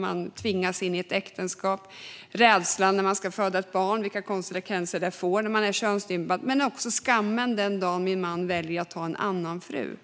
man tvingas in i ett äktenskap och ska ha sitt första samlag. Sedan är det rädslan när man ska föda barn och vilka konsekvenser det får när man är könsstympad. Men det är också skammen den dag mannen väljer att ta en annan fru.